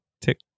tick